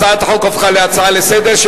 הצעת החוק הפכה להצעה לסדר-היום,